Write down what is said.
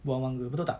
buah mangga betul tak